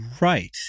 right